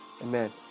Amen